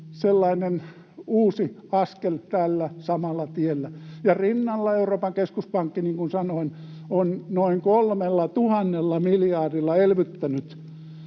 sellainen uusi askel tällä samalla tiellä, ja sen rinnalla Euroopan keskuspankki, niin kuin sanoin, on noin 3 000 miljardilla elvyttänyt